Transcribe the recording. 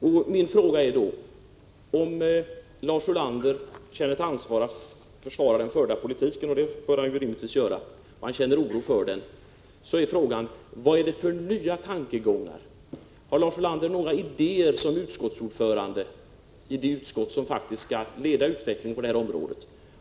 Om Lars Ulander oroas över och känner som sitt ansvar att försvara den förda politiken, vilket är rimligt, då är min fråga: Vilka idéer har Lars Ulander som ordförande i det utskott som faktiskt skall leda utvecklingen på detta område?